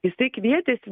jisai kvietėsi